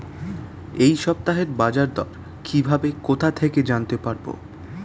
এই সপ্তাহের বাজারদর কিভাবে কোথা থেকে জানতে পারবো?